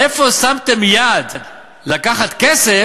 איפה שמתם יד לקחת כסף,